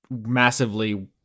massively